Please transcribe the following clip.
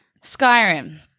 Skyrim